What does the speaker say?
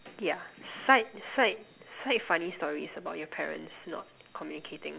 yeah side side side funny stories about your parents not communicating